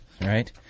right